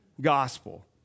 gospel